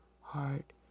heart